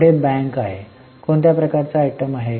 पुढे बँक आहे कोणत्या प्रकारचे आयटम आहे